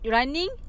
Running